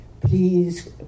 Please